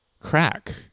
crack